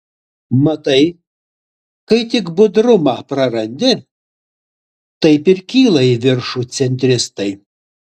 matai kai tik budrumą prarandi taip ir kyla į viršų centristai